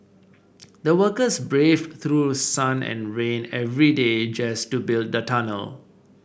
the workers braved through sun and rain every day just to build the tunnel